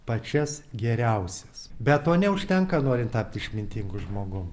pačias geriausias bet to neužtenka norint tapti išmintingu žmogum